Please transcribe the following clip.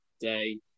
day